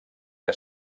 que